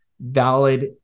valid